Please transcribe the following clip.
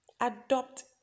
adopt